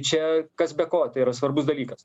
čia kas be ko tai yra svarbus dalykas